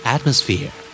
Atmosphere